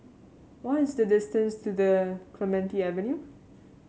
what is the distance to the Clementi Avenue